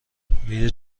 میری